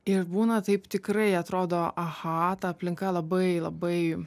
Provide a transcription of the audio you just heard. ir būna taip tikrai atrodo aha ta aplinka labai labai